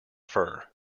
fur